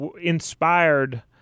inspired